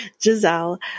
Giselle